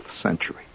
century